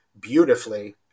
beautifully